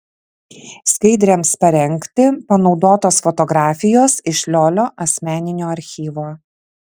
skaidrėms parengti panaudotos fotografijos iš liolio asmeninio archyvo